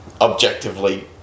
objectively